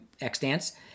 X-Dance